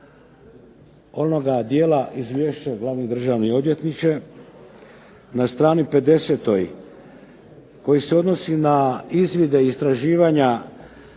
onoga dijela izvješća, glavni državni odvjetniče, na str. 50. koji se odnosi na izvide i istraživanja